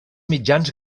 mitjans